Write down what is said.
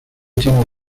tiene